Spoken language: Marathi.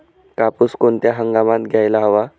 कापूस कोणत्या हंगामात घ्यायला हवा?